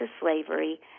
slavery